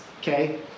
okay